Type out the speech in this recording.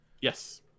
Yes